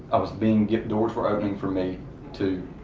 i was being, doors were opening for me to